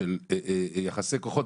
של יחסי כוחות,